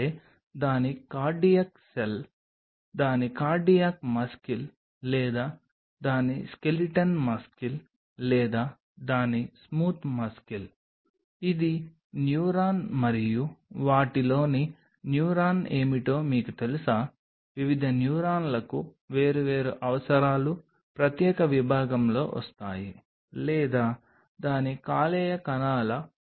అంటే దాని cardiac cell దాని కార్డియాక్ మస్కిల్ లేదా దాని స్కెలిటన్ మస్కిల్ లేదా దాని స్మూత్ మస్కిల్ ఇది న్యూరాన్ మరియు వాటిలోని న్యూరాన్ ఏమిటో మీకు తెలుసా వివిధ న్యూరాన్లకు వేర్వేరు అవసరాలు ప్రత్యేక విభాగంలో వస్తాయి లేదా దాని కాలేయ కణాలా